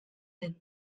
den